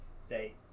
say